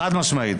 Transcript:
חד-משמעית.